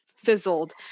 fizzled